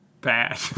bad